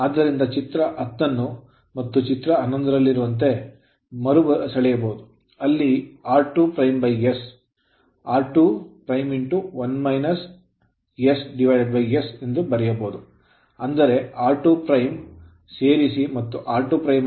ಆದ್ದರಿಂದ ಚಿತ್ರ 10 ಅನ್ನು ಚಿತ್ರ 11 ರಲ್ಲಿರುವಂತೆ redrawn ಮರುಸೆಳೆಯಬಹುದು ಅಲ್ಲಿ r2s r2 1s - 1 ಎಂದು ಬರೆಯಬಹುದು ಅಂದರೆ r2 ಸೇರಿಸಿ ಮತ್ತು r2" ಅನ್ನು ಕಳೆಯಿರಿ